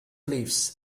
leaves